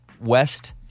west –